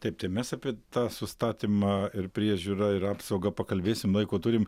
taip tai mes apie tą sustatymą ir priežiūrą ir apsaugą pakalbėsim laiko turim